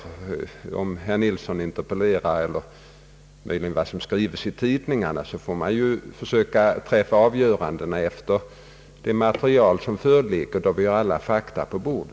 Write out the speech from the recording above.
Man får ju söka träffa avgörandena då alla fakta ligger på bordet, oberoende av om herr Nilsson interpellerar och oberoende av vad som möjligen skrivs i tidningarna.